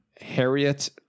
Harriet